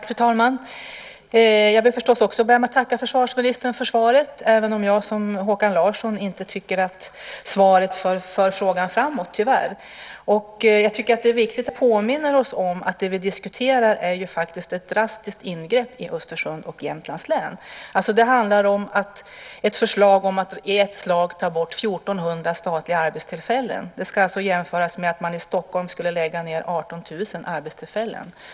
Fru talman! Jag vill också börja med att tacka försvarsministern för svaret, även om jag liksom Håkan Larsson tyvärr inte tycker att svaret för frågan framåt. Jag tycker att det är viktigt att vi påminner oss om att det som vi diskuterar faktiskt är ett drastiskt ingrepp i Östersund och i Jämtlands län. Förslaget handlar om att i ett slag ta bort 1 400 statliga arbetstillfällen. Det ska jämföras med att man i Stockholm skulle ta bort 18 000 arbetstillfällen.